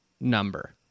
number